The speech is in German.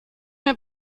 mir